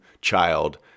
child